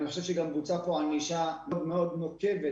אני חושב שבוצעה כאן ענישה מאוד נוקבת,